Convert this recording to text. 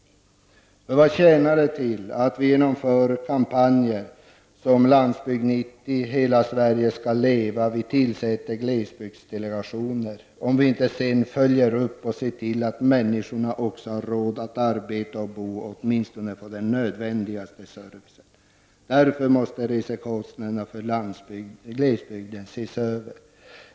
Vad tjänar det till att vi genomför kampanjer som Landsbygd 90 och Hela Sverige skall leva samt tillsätter glesbygdsdelegationer, om vi inte följer upp och ser till att människorna också har råd att arbeta och bo och åtminstone får den nödvändigaste servicen? Därför måste resekostnaderna för glesbygden ses över.